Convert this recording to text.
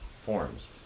forms